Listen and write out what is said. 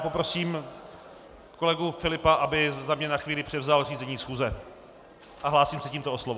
Poprosím kolegu Filipa, aby za mě na chvíli převzal řízení schůze, a hlásím se tímto o slovo.